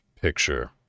picture